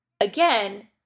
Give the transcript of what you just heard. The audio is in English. again